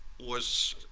was,